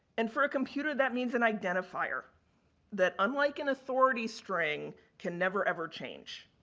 and, for a computer, that means an identifier that, unlike an authority string, can never ever change.